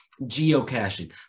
geocaching